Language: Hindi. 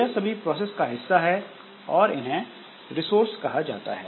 यह सभी प्रोसेस का हिस्सा है और इन्हें रिसोर्स कहा जाता है